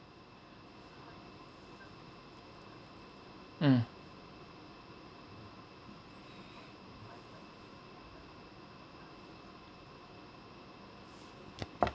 mm